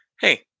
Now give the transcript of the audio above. hey